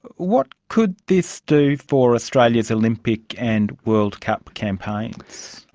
what could this do for australia's olympic and world cup campaigns?